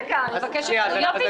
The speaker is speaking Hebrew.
מה זה